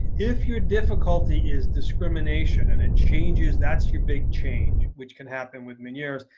if your difficulty is discrimination and it changes, that's your big change, which can happen with meniere's.